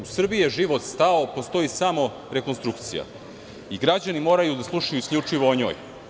U Srbiji je život stao i postoji samo rekonstrukcija i građani moraju da slušaju isključivo o njoj.